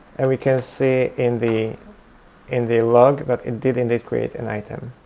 and we can see in the in the log that it did indeed create an item.